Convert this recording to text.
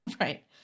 Right